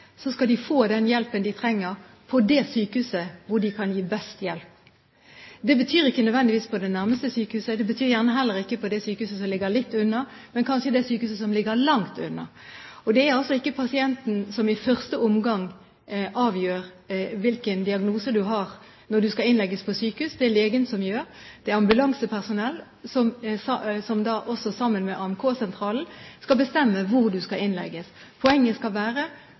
skal de få den hjelpen de trenger, på det sykehuset hvor de kan gi best hjelp. Det betyr ikke nødvendigvis på det nærmeste sykehuset, det betyr kanskje heller ikke på det sykehuset som ligger litt unna, men kanskje på det sykehuset som ligger langt unna. Og det er altså ikke pasienten som i første omgang avgjør hvilken diagnose en har, når en skal innlegges på sykehus, det er det legen som gjør. Det er ambulansepersonell – også sammen med AMK-sentralen – som skal bestemme hvor du skal innlegges. Poenget skal være: